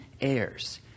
heirs